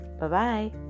Bye-bye